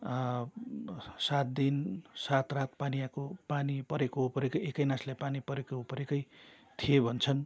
सात दिन सात रात पानी आएको पानी परेको परेकै एकै नासले पानी परेको परेकै थिए भन्छन्